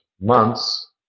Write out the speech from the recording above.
months